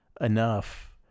enough